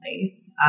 place